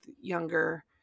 younger